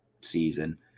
season